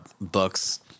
books